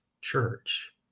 church